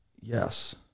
Yes